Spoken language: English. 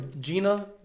Gina